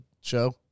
show